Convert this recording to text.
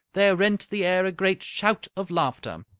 there rent the air a great shout of laughter.